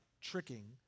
tricking